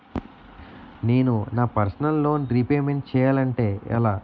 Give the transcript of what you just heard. నేను నా personal loan repayment చేయాలంటే ఎలా?